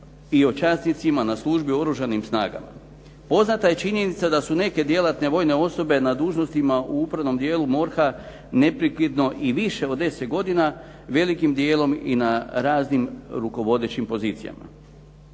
i o časnicima na službi u Oružanim snagama. Poznata je činjenica da su neke djelatne vojne osobe na dužnosti u upravnom dijelu MORH-a neprekidno i više od 10 godina velikim dijelom i na raznim rukovodećim pozicijama.